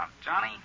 Johnny